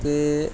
کہ